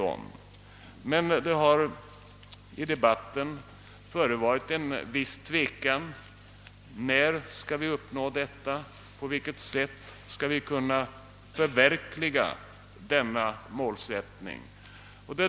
Men i debatten har det förevarit en viss tveksamhet om när vi skall kunna uppnå detta och på vilket sätt vi skall kunna förverkliga denna målsättning.